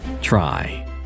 Try